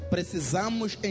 Precisamos